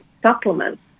supplements